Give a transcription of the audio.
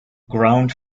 ground